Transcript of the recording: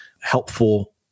helpful